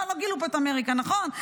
לא גילו פה את אמריקה, נכון?